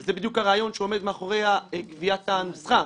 זה בדיוק הרעיון שעומד מאחורי קביעת הנוסחה.